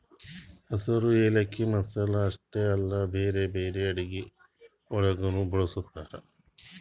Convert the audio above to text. ಹಸಿರು ಯಾಲಕ್ಕಿ ಮಸಾಲೆ ಅಷ್ಟೆ ಅಲ್ಲಾ ಬ್ಯಾರೆ ಬ್ಯಾರೆ ಅಡುಗಿ ಒಳಗನು ಬಳ್ಸತಾರ್